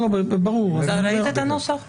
הנוסח נשלח.